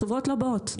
החברות לא באות.